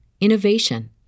innovation